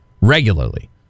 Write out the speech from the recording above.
regularly